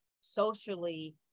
socially